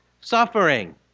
suffering